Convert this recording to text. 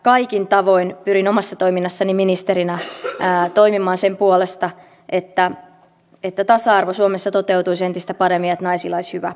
kaikin tavoin pyrin omassa toiminnassani ministerinä toimimaan sen puolesta että tasa arvo suomessa toteutuisi entistä paremmin ja että naisilla olisi hyvä asema työmarkkinoilla